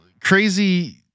crazy